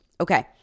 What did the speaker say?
Okay